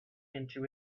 into